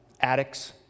Addicts